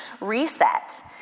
reset